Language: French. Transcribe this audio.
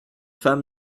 femme